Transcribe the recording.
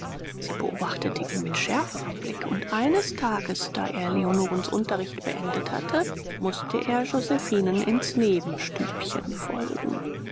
sie beobachtete ihn mit schärferen blick und eines tages da er leonorens unterricht beendet hatte mußte er josephinen ins nebenstübchen folgen